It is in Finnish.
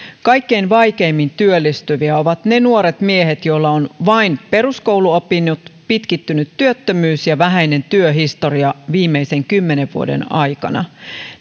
kaikkein vaikeimmin työllistyviä ovat ne nuoret miehet joilla on vain peruskouluopinnot pitkittynyt työttömyys ja vähäinen työhistoria viimeisen kymmenen vuoden aikana